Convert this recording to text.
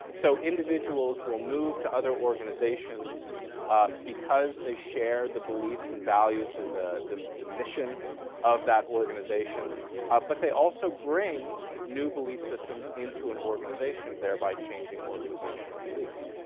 so individuals will move to other organizations because they share the beliefs and values and the the mission of that organization but they also bring new belief systems into an organization thereby changing organizational beliefs.